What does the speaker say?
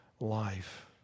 life